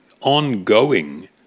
ongoing